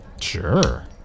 Sure